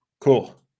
cool